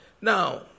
Now